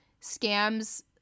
scams